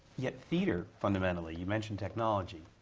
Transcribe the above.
yet theater fundamentally, you mentioned technology,